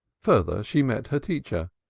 further, she met her teacher,